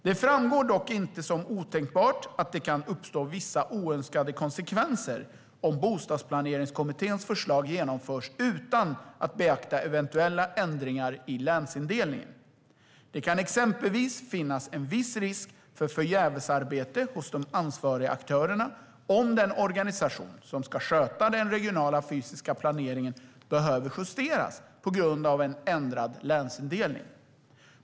Det framstår dock inte som otänkbart att det kan uppstå vissa oönskade konsekvenser om Bostadsplaneringskommitténs förslag genomförs utan att man beaktar eventuella ändringar i länsindelningen. Det kan exempelvis finnas en viss risk för förgävesarbete hos de ansvariga aktörerna om den organisation som ska sköta den regionala fysiska planeringen behöver justeras på grund av en ändrad länsindelning.